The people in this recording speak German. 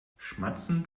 schmatzend